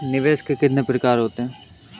निवेश के कितने प्रकार होते हैं?